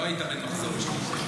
לא היית בן מחזור שלי.